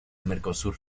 mercosur